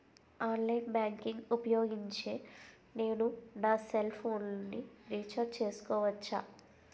Online banking ఊపోయోగించి నేను నా సెల్ ఫోను ని రీఛార్జ్ చేసుకోవచ్చా?